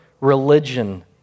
religion